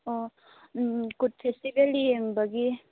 ꯑꯣ ꯀꯨꯠ ꯐꯦꯁꯇꯤꯚꯦꯜ ꯌꯦꯡꯕꯒꯤ